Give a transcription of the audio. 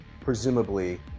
presumably